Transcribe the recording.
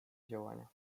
działania